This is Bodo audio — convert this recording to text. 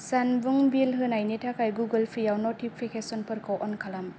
जानबुं बिल होनायनि थाखाय गुगोल पेआव नटिफिकेशनफोरखौ अन खालाम